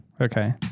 Okay